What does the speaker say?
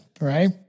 right